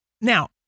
Now